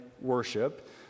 worship